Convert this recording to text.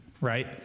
right